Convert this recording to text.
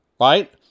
right